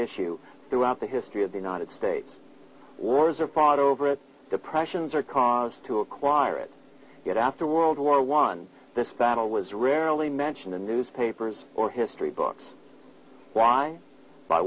issue throughout the history of the united states wars are fought over it depressions are caused to acquire it yet after world war one this battle was rarely mention the newspapers or history books why by